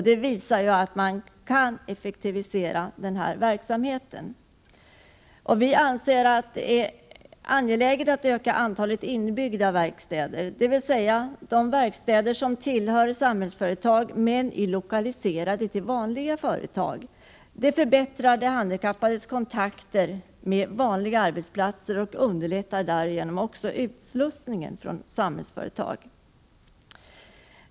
Det visar att man kan effektivisera verksamheten. Det är angeläget att öka antalet inbyggda verkstäder, dvs. verkstäder som tillhör Samhällsföretag men är lokaliserade till vanliga företag. Det förbättrar de handikappades kontakter med vanliga arbetsplatser och underlättar därigenom också utslussningen från Samhällsföretag.